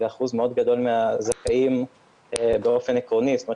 ואחוז גדול מאוד מהזכאים באופן עקרוני זאת אומרת